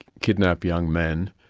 kidnap young men,